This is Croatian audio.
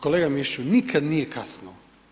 Kolega Mišiću, nikad nije kasno.